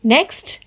Next